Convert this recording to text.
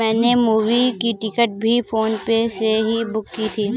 मैंने मूवी की टिकट भी फोन पे से ही बुक की थी